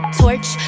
torch